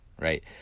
right